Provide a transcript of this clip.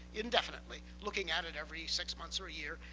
indefinitely, looking at it every six months or a year.